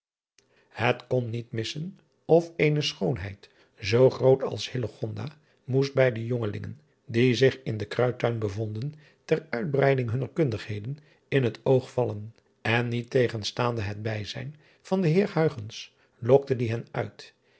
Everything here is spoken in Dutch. et kon niet missen of eene schoonheid zoo groot als moest bij de jongelingen die zich in den ruidtuin bevonden ter uitbreiding hunner kundigheden in het oog vallen en niettegenstaande het bijzijn van den eer lokte die hen uit